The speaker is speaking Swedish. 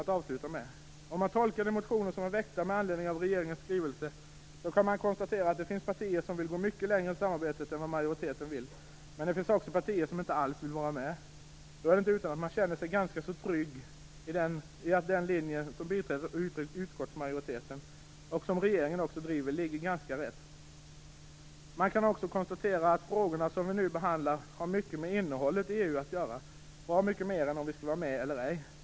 När man försöker tolka de motioner som är väckta med anledning av regeringens skrivelse finner man att det finns partier som vill gå mycket längre i samarbetet än vad majoriteten vill, men också att det finns partier som inte alls vill vara med. Då är det inte utan att man känner sig ganska trygg i förvissningen att den linje som biträds av utskottsmajoriteten och som också drivs av regeringen ligger ganska rätt. Man kan också konstatera att de frågor som vi nu behandlar har mycket att göra med innehållet i EU:s verksamhet, bra mycket mer än med frågan om vi skall vara med eller ej.